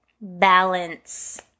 balance